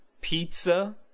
Pizza